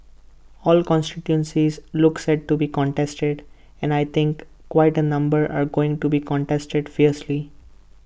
all constituencies look set to be contested and I think quite A number are going to be contested fiercely